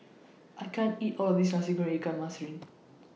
I can't eat All of This Nasi Goreng Ikan Masin